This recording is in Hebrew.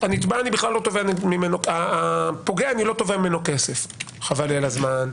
שאני לא תובע כסף מהפוגע חבל לי על הזמן,